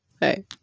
Hey